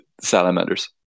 salamanders